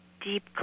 deep